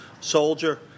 soldier